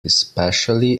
especially